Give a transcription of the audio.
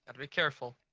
i'll be careful.